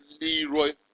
Leroy